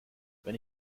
wenn